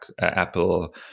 Apple